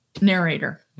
narrator